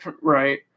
Right